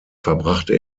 verbrachte